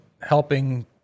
helping